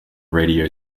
radio